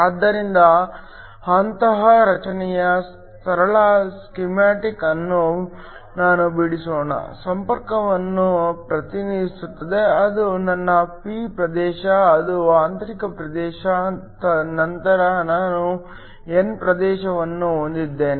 ಆದ್ದರಿಂದ ಅಂತಹ ರಚನೆಯ ಸರಳ ಸ್ಕೀಮ್ಯಾಟಿಕ್ ಅನ್ನು ನಾನು ಬಿಡಿಸೋಣ ಸಂಪರ್ಕವನ್ನು ಪ್ರತಿನಿಧಿಸುತ್ತದೆ ಅದು ನನ್ನ p ಪ್ರದೇಶ ಅದು ಆಂತರಿಕ ಪ್ರದೇಶ ನಂತರ ನಾನು n ಪ್ರದೇಶವನ್ನು ಹೊಂದಿದ್ದೇನೆ